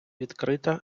відкрита